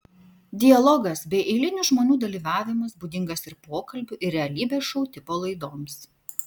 dialogas bei eilinių žmonių dalyvavimas būdingas ir pokalbių ir realybės šou tipo laidoms